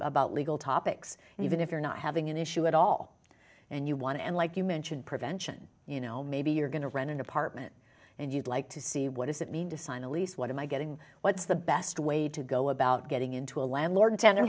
about legal topics and even if you're not having an issue at all and you want to and like you mentioned prevention you know maybe you're going to rent an apartment and you'd like to see what does it mean to sign a lease what am i getting what's the best way to go about getting into a landlord tenant